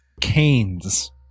Canes